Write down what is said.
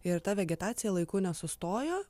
ir ta vegetacija laiku nesustojo